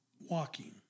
walking